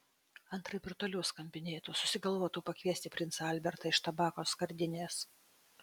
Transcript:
antraip ir toliau skambinėtų susigalvotų pakviesti princą albertą iš tabako skardinės